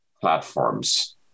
platforms